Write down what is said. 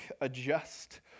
adjust